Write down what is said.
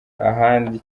ahandi